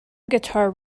guitar